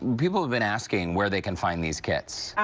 people have been asking where they can find these kits.